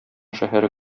шәһәре